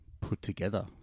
put-together